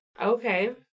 Okay